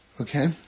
Okay